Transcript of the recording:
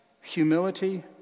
humility